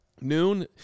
noon